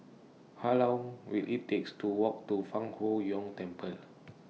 How Long Will IT takes to Walk to Fang Huo Yuan Temple